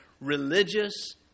religious